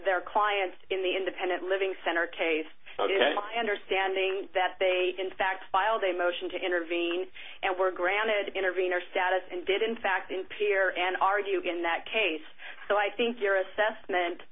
their clients in the independent living center case and are standing that they in fact filed a motion to intervene and were granted intervener status and did in fact in pier and argue in that case so i think your assessment